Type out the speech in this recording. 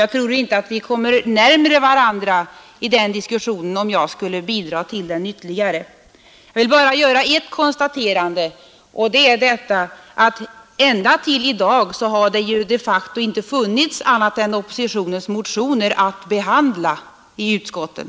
Jag tror inte att vi kommer närmare varandra i den diskussionen, om jag skulle bidra till den ytterligare. Jag vill bara göra ett konstaterande, nämligen att det ända tills i dag de facto inte har funnits annat än oppositionens motioner att behandla i utskotten.